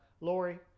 Lori